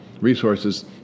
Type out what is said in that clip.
resources